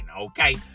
okay